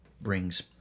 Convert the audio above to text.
brings